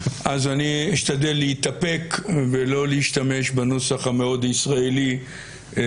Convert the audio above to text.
אז אני אשתדל להתאפק ולא להשתמש בנוסח המאוד ישראלי הזה.